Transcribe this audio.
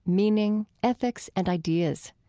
meaning, ethics, and ideas.